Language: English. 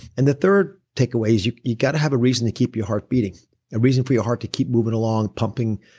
and the third takeaway is, you've got to have a reason to keep your heart beating and reason for your heart to keep moving along, along, pumping,